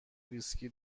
ویسکی